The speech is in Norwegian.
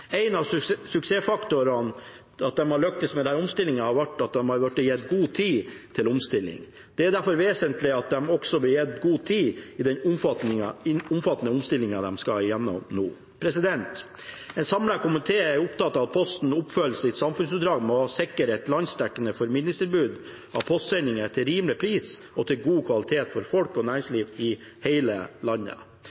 årtusenskiftet. En av suksessfaktorene til at de har lyktes med denne omstillingen, er at de har blitt gitt god tid til omstillingen. Det er derfor vesentlig at de også blir gitt god tid i den omfattende omstillingen de skal igjennom nå. En samlet komité er opptatt av at Posten oppfyller sitt samfunnsoppdrag ved å sikre et landsdekkende formidlingstilbud av postsendinger til rimelig pris og til god kvalitet for folk og